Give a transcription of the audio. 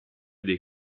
dei